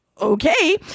okay